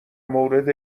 مورد